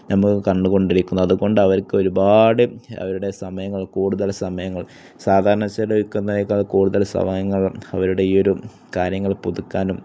നമുക്ക് കണ്ടുകൊണ്ടിരിക്കുന്നത് അതുകൊണ്ട് അവർക്ക് ഒരുപാട് അവരുടെ സമയങ്ങൾ കൂടുതൽ സമയങ്ങൾ സാധാരണ ചിലവഴിക്കുന്നതിനേക്കാൾ കൂടുതൽ സമയങ്ങൾ അവരുടെ ഈ ഒരു കാര്യങ്ങൾ പുതുക്കാനും